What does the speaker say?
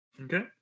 Okay